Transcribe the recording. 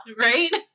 Right